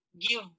give